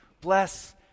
Bless